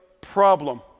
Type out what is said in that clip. problem